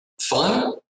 fun